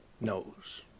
knows